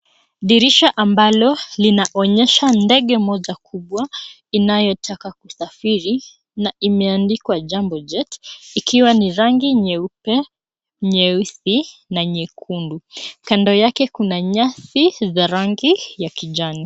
Dirisha ambalo linaonyesha ndege moja kubwa, inayotaka kusafiri na imeandikwa jambo jet ikiwa ni rangi nyeupe, nyeusi na nyekundu. Kando yake kuna nyasi za rangi ya kijani.